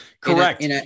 Correct